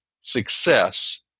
success